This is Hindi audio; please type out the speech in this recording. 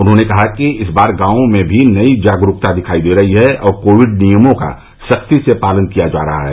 उन्होंने कहा कि इस बार गांवों में भी नई जागरूकता दिखाई दे रही है और कोविड नियमों का सख्ती से पालन किया जा रहा है